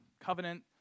covenant